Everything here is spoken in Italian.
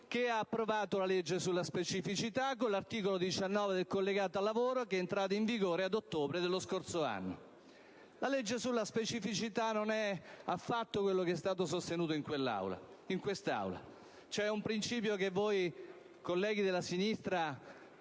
ad approvare la legge sulla specificità, con l'articolo 19 del collegato al lavoro entrato in vigore nell'ottobre dello scorso anno. La legge sulla specificità non è affatto quanto è stato sostenuto in quest'Aula. C'è un principio che voi, colleghi della sinistra,